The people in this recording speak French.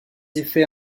effets